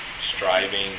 striving